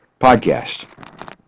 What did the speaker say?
podcast